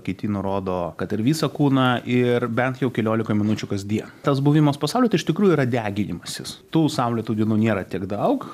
kiti nurodo kad ir visą kūną ir bent jau keliolika minučių kasdien tas buvimas po saule tai iš tikrųjų yra deginimasis tų saulėtų dienų niera tiek daug